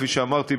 כפי שאמרתי,